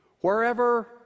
Wherever